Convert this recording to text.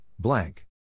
blank